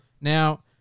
Now